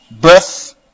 birth